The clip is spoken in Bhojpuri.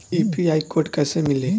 यू.पी.आई कोड कैसे मिली?